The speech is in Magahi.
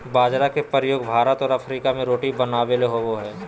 बाजरा के प्रयोग भारत और अफ्रीका में रोटी बनाबे में होबो हइ